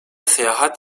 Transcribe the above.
seyahat